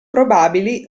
probabili